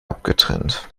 abgetrennt